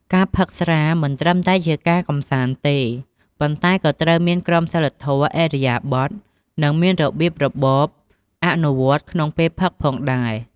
ការផឹកស្រា មិនត្រឹមតែជាការកម្សាន្តទេ ប៉ុន្តែក៏ត្រូវមានក្រមសីលធម៌ ឥរិយាបថ និងមានរបៀបរបបអនុវត្តក្នុងពេលផឹកផងដែរ។